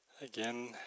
again